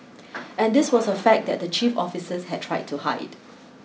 and this was a fact that the chief officers had tried to hide